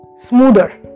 smoother